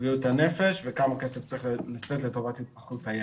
בריאות הנפש וכמה כסף צריך לצאת לטובת התפתחות הילד.